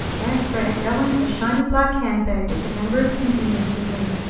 and for aunt ellen a shiny black hand-bag with a number of conveniences in it,